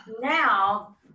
now